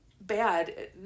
bad